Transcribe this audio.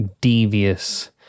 devious